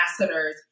ambassadors